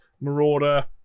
marauder